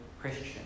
Christian